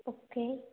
okay